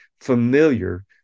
familiar